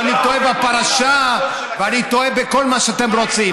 אני טועה בפרשה ואני טועה בכל מה שאתם רוצים.